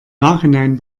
nachhinein